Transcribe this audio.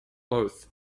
both